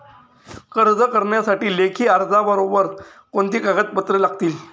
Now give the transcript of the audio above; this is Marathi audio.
कर्ज करण्यासाठी लेखी अर्जाबरोबर कोणती कागदपत्रे लागतील?